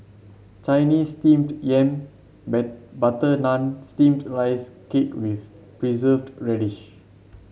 Chinese Steamed Yam butter naan and steamed Rice Cake with Preserved Radish